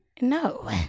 No